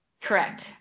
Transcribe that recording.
Correct